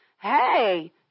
Hey